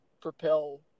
propel